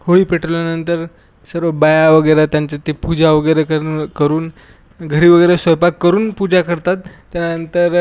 होळी पेटवल्यानंतर सर्व बाया वगैरे त्यांचं ते पूजा वगैरे करून करून घरी वगैरे स्वयंपाक करून पूजा करतात त्यानंतर